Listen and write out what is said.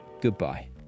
goodbye